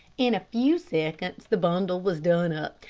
in a few seconds the bundle was done up,